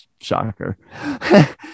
Shocker